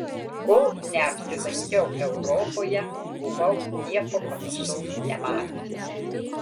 kol neapsilankiau europoje buvau nieko panašaus nematęs